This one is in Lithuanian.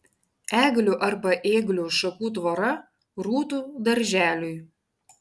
eglių arba ėglių šakų tvora rūtų darželiui